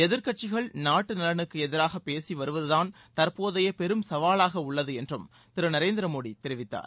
எதிர்க்கட்சிகள் நாட்டு நலனுக்கு எதிராக பேசி வருவதுதான் தற்போதைய பெரும் சவாலாக உள்ளது என்றும் திரு நரேந்திர மோடி தெரிவித்தார்